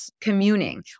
communing